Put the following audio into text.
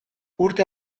urte